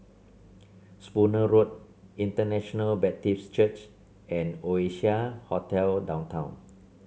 Spooner Road International Baptist Church and Oasia Hotel Downtown